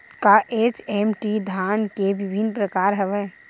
का एच.एम.टी धान के विभिन्र प्रकार हवय?